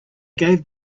gave